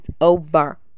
over